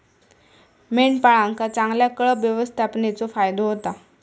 मेंढपाळांका चांगल्या कळप व्यवस्थापनेचो फायदो होता